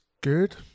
good